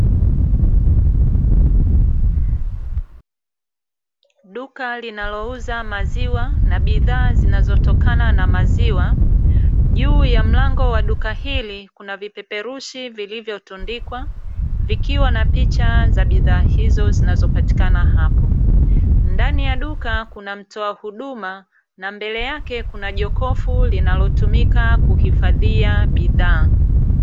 Duka linalouza maziwa na bidhaa zinazotokana na maziwa; juu ya mlango wa duka hili kuna vipeperushi vilivyotundikwa vikiwa na picha za bidhaa hizo zinazopatikana hapo ndani ya duka. Kuna mtoa huduma na mbele yake kuna jokofu linalotumika kuhifadhia bidhaa.